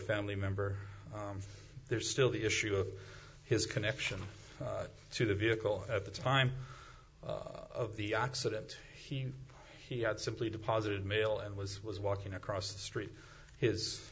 family member there's still the issue of his connection to the vehicle at the time of the accident he he had simply deposited mail and was was walking across the street his